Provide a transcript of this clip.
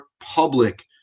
public